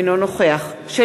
אינו נוכח שלי